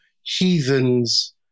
heathens